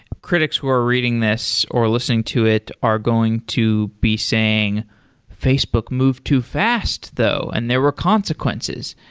critics who are reading this, or listening to it are going to be saying facebook move too fast though and there were consequences.